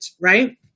right